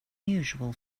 usual